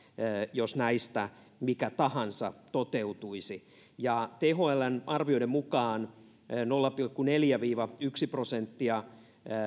jos mikä tahansa näistä toteutuisi thln arvioiden mukaan nolla pilkku neljä viiva yksi prosenttia